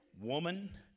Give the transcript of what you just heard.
Woman